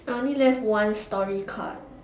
I only left one story card